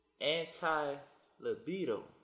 Anti-libido